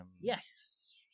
Yes